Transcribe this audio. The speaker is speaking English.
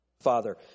Father